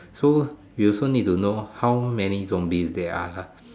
so you also need to know how many zombies there are